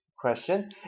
question